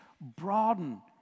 broaden